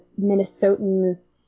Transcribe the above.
Minnesotans